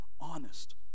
honest